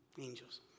angels